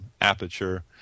Aperture